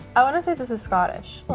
i wanna say this is scottish.